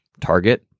Target